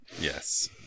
Yes